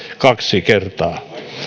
kaksi kertaa